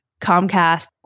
Comcast